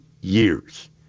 years